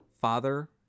father